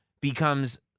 becomes